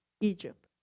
Egypt